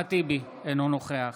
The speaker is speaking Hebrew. אחמד טיבי, אינו נוכח